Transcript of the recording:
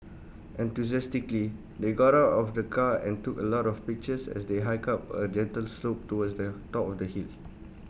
enthusiastically they got out of the car and took A lot of pictures as they hiked up A gentle slope towards the top of the hill